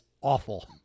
awful